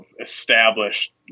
established